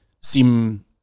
seem